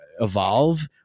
evolve